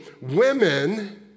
women